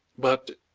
but,